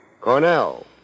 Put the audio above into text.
Cornell